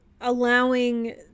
allowing